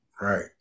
Right